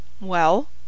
Well